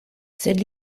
sed